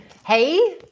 Hey